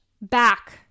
back